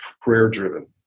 prayer-driven